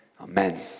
Amen